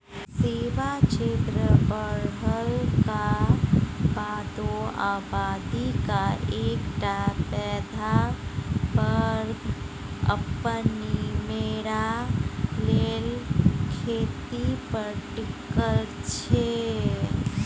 सेबा क्षेत्र बढ़लाक बादो आबादीक एकटा पैघ बर्ग अपन निमेरा लेल खेती पर टिकल छै